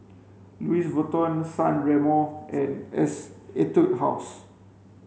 Louis Vuitton San Remo and Etude House